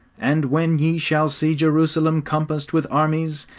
and when ye shall see jerusalem compassed with armies,